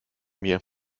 mir